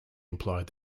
implied